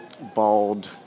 bald